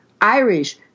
Irish